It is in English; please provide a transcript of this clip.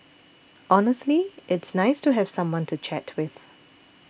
honestly it's nice to have someone to chat with